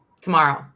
tomorrow